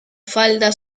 falda